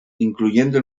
incluyendo